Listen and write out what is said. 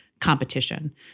competition